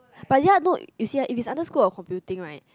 but ya no you see ah if it's under school of computing right